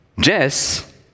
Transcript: Jess